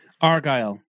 Argyle